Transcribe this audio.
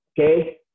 Okay